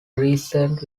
reasoned